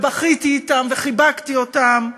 ובכיתי אתם וחיבקתי אותם,